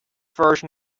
version